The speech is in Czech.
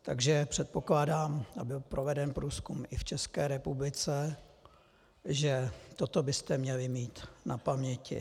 Takže předpokládám, a byl proveden průzkum i v České republice, že toto byste měli mít na paměti.